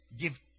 Give